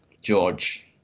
George